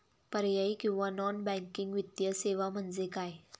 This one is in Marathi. पर्यायी किंवा नॉन बँकिंग वित्तीय सेवा म्हणजे काय?